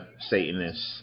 Satanist